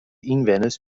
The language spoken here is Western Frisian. ynwenners